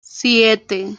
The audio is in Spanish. siete